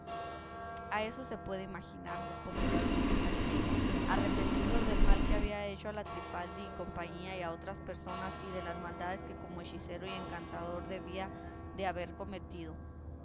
a eso se puede imaginar respondió la duquesa que arrepentido del mal que había hecho a la trifaldi y compañía y a otras personas y de las maldades que como hechicero y encantador debía de haber cometido